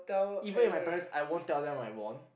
even if my parents I won't tell them I won